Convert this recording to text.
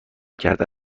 کرده